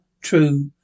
true